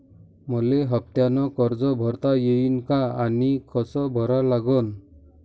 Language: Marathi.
मले हफ्त्यानं कर्ज भरता येईन का आनी कस भरा लागन?